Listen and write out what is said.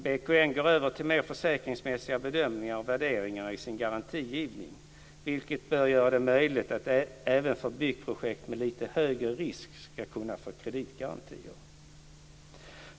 BKN går över till mer försäkringsmässiga bedömningar och värderingar i sin garantigivning, vilket bör göra det möjligt även för byggprojekt med lite högre risk att få kreditgarantier.